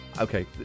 Okay